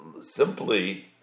simply